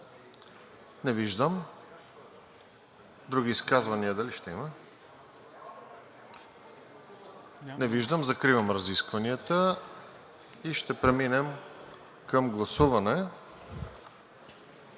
Не виждам. Други изказвания дали ще има? Не виждам. Закривам разискванията. И ще преминем към гласуване,